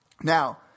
Now